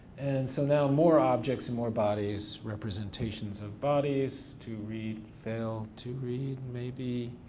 and so now more objects and more bodies, representations of bodies to read, fail to read, maybe.